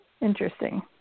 Interesting